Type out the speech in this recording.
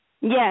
Yes